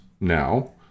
now